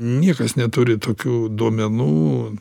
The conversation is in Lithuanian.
niekas neturi tokių duomenų